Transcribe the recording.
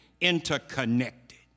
interconnected